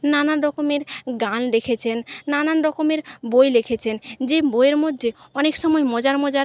নানা রকমের গান লেখেছেন নানান রকমের বই লেখেছেন যে বইয়ের মধ্যে অনেক সময় মজার মজার